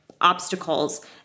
obstacles